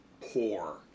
poor